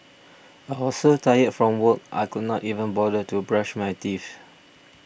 I was so tired from work I could not even bother to brush my teeth